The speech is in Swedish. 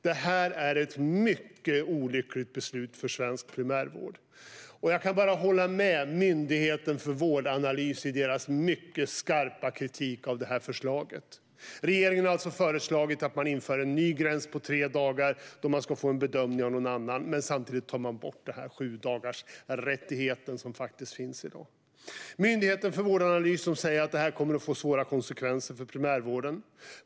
Detta är ett mycket olyckligt beslut för svensk primärvård. Jag kan inte annat än hålla med Myndigheten för vårdanalys i dess mycket skarpa kritik av förslaget. Regeringen har föreslagit att man ska införa en ny gräns på tre dagar då man ska få en bedömning av någon annan, men samtidigt tar man bort sjudagarsrättigheten som finns i dag. Myndigheten för vårdanalys säger att detta kommer att får svåra konsekvenser för primärvården.